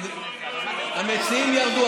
המציעים ירדו.